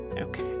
Okay